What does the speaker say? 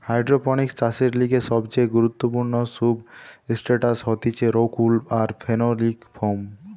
hydroponics চাষের লিগে সবচেয়ে গুরুত্বপূর্ণ সুবস্ট্রাটাস হতিছে রোক উল আর ফেনোলিক ফোম